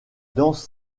danse